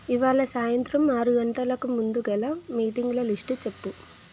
ఇవాళ సాయంత్రం ఆరు గంటలకు ముందు గల మీటింగుల లిస్టు చెప్పు